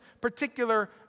particular